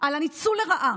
על הניצול לרעה